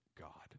God